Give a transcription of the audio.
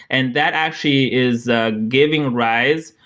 and that actually is ah giving rise,